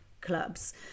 clubs